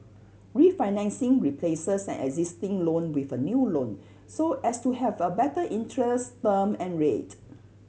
refinancing replaces an existing loan with a new loan so as to have a better interest term and rate